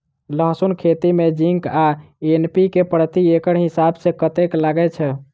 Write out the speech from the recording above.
लहसून खेती मे जिंक आ एन.पी.के प्रति एकड़ हिसाब सँ कतेक लागै छै?